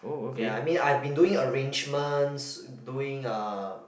ya I mean I've been doing arrangements doing um